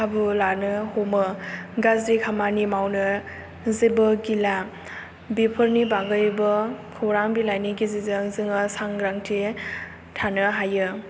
खाबु लानो हमो गाज्रि खामानि मावनो जेबो गिला बेफोरनि बागैबो खौरां बिलायनि गेजेरजों जोङो सांग्रांथि थानो हायो